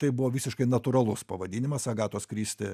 tai buvo visiškai natūralus pavadinimas agatos kristi